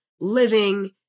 living